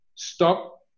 stop